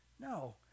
No